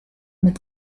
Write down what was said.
mit